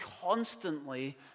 constantly